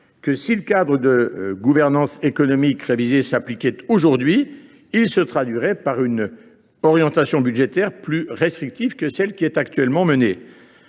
que, si le cadre de gouvernance économique révisé s’appliquait aujourd’hui, il se traduirait par une orientation budgétaire plus restrictive que celle qui est actuellement mise